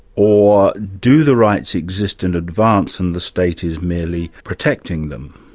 or do the rights exist in advance and the state is merely protecting them?